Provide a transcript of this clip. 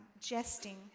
jesting